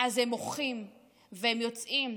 אז הם מוחים והם יוצאים.